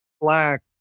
black